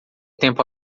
tempo